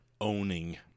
owning